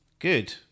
Good